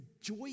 joy